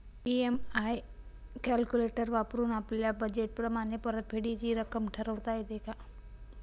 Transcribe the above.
EMI calculator वापरून आपापल्या budget प्रमाणे परतफेडीची रक्कम ठरवता येते का?